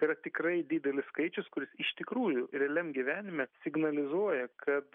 tai yra tikrai didelis skaičius kuris iš tikrųjų realiam gyvenime signalizuoja kad